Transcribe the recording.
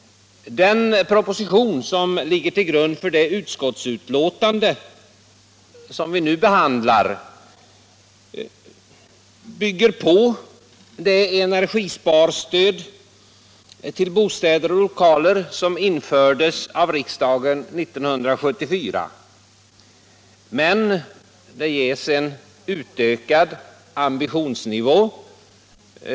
Den proposition som ligger till grund för det utskottsbetänkande som vi nu behandlar möjliggör en utbyggnad av det energisparstöd till bostäder och lokaler som infördes av riksdagen 1974. Men det har skett en höjning av ambitionsnivån.